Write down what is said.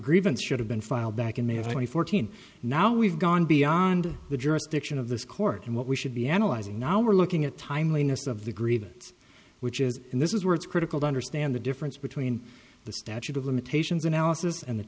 grievance should have been filed back in may have been fourteen now we've gone beyond the jurisdiction of this court and what we should be analyzing now we're looking at timeliness of the grievance which is and this is where it's critical to understand the difference between the statute of limitations analysis and the